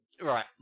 right